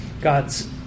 God's